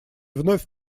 вновь